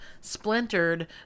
splintered